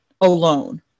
alone